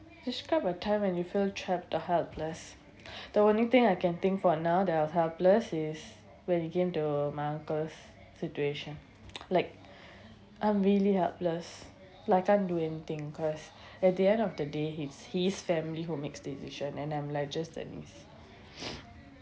describe a time when you feel trapped or helpless the only thing I can think for now that I was helpless is when it came to my uncle's situation like I'm really helpless like can't do anything cause at the end of the day his his family who makes decision and I'm like just a